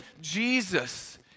Jesus